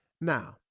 Now